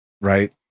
right